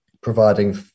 providing